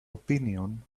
opinion